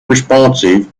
responsive